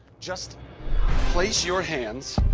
just place your hands